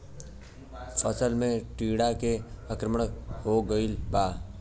फसल पे टीडा के आक्रमण हो गइल बा?